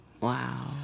Wow